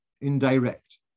indirect